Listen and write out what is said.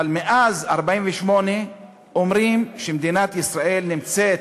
אבל מאז 1948 אומרים שמדינת ישראל נמצאת